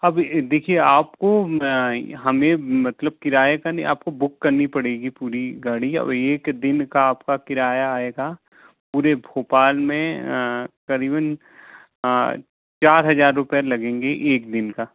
अब देखिए आपको हमें मतलब किराए का नहीं आपको बुक करनी पड़ेगी पूरी गाड़ी और एक दिन का आपका किराया आएगा पूरे भोपाल में करीबन चार हज़ार रुपए लगेंगे एक दिन का